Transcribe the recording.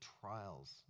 trials